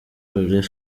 laurent